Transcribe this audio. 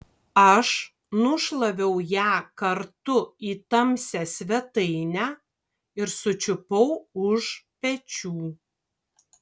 aš nušlaviau ją kartu į tamsią svetainę ir sučiupau už pečių